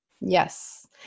Yes